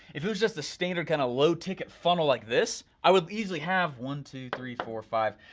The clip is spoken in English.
if it was just a standard kind of low ticket funnel like this, i would easily have one, two, three, four, five,